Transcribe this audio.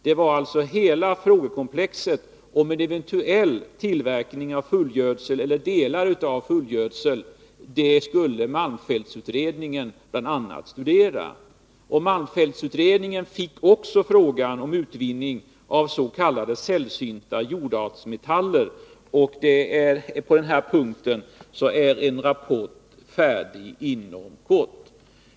Det var alltså hela frågekomplexet om en eventuell tillverkning av fullgödsel eller delar av fullgödsel som malmfältsutredningen bl.a. skulle studera. Malmfältsutredningen fick också frågan om utvinning av s.k. sällsynta jordartsmetaller, och på den punkten är en rapport färdig inom kort.